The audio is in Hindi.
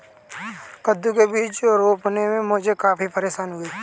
कद्दू के बीज रोपने में मुझे काफी परेशानी हुई